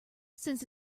since